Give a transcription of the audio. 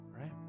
right